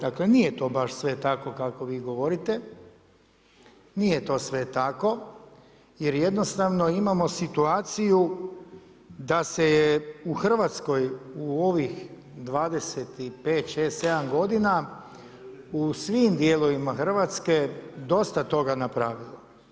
Dakle, nije to baš sve tako kako vi govorite, nije to sve tako jer jednostavno imamo situaciju da se je u Hrvatskoj u ovih 25, 6, 7 godina u svim dijelovima Hrvatske dosta toga napravilo.